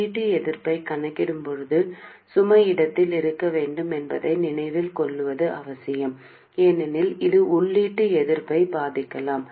உள்ளீடு எதிர்ப்பைக் கணக்கிடும் போது சுமை இடத்தில் இருக்க வேண்டும் என்பதை நினைவில் கொள்வது அவசியம் ஏனெனில் இது உள்ளீட்டு எதிர்ப்பை பாதிக்கலாம்